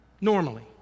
Normally